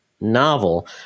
novel